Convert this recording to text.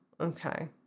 okay